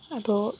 अब